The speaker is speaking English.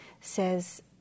says